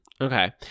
Okay